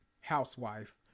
housewife